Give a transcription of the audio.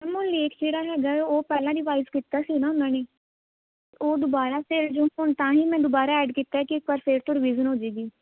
ma'am ਉਹ ਲੇਖ ਜਿਹੜਾ ਹੈਗਾ ਉਹ ਪਹਿਲਾਂ ਰਿਵਾਈਜ਼ ਕੀਤਾ ਸੀ ਨਾ ਉਹਨਾਂ ਨੇ ਉਹ ਦੁਬਾਰਾ ਫਿਰ ਜੋ ਹੁਣ ਤਾਂ ਹੀ ਮੈਂ ਦੁਬਾਰਾ ਐਡ ਕੀਤਾ ਕਿ ਇੱਕ ਵਾਰ ਫਿਰ ਤੋਂ ਰਿਵੀਜ਼ਨ ਹੋ ਜਾਵੇਗੀ